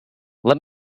let